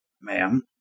Ma'am